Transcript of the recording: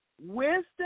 Wisdom